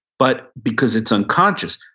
but because it's unconscious.